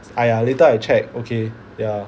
!aiya! later I check okay ya